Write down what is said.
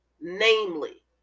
namely